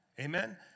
Amen